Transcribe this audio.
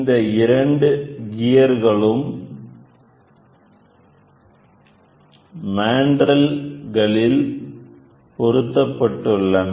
இந்த இரண்டு கியர்களும் மாண்ட்ரெல்களில் பொருத்தப்பட்டுள்ளன